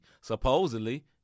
supposedly